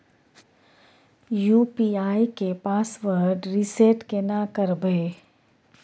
UPI के password reset केना करबे?